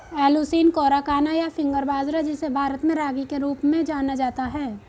Eleusine coracana, या finger बाजरा, जिसे भारत में रागी के रूप में जाना जाता है